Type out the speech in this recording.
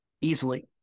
easily